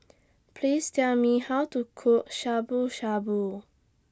Please Tell Me How to Cook Shabu Shabu